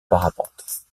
parapente